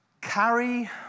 Carry